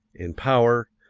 in power,